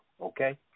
okay